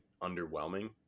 underwhelming